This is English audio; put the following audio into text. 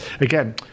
Again